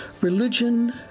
Religion